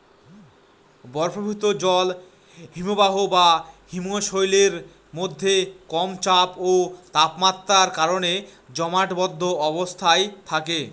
বরফীভূত জল হিমবাহ বা হিমশৈলের মধ্যে কম চাপ ও তাপমাত্রার কারণে জমাটবদ্ধ অবস্থায় থাকে